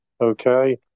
okay